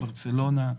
ברצלונה.